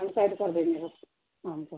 side کر دیں گے ہاں کو